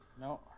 No